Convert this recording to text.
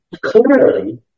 clearly